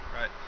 Right